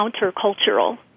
countercultural